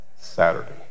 Saturday